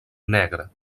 negra